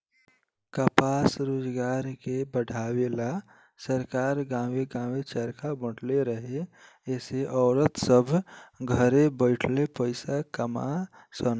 कपास रोजगार के बढ़ावे ला सरकार गांवे गांवे चरखा बटले रहे एसे औरत सभ घरे बैठले पईसा कमा सन